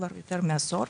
כבר יותר מעשור.